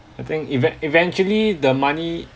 I think even~ eventually the money